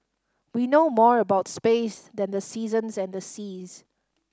we know more about space than the seasons and the seas